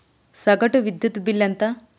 సగటు విద్యుత్ బిల్లు ఎంత?